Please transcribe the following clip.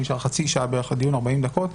נשארו בערך 40 דקות,